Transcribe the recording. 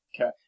Okay